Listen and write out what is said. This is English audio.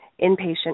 inpatient